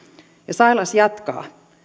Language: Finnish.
sailas jatkaa